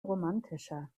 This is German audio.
romantischer